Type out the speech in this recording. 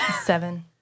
Seven